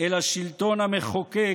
אלא שלטון המחוקק.